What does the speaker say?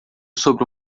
sobre